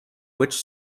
which